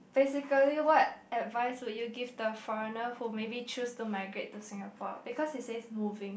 basically what advice would you give the foreigner who maybe choose to migrate to Singapore because it says moving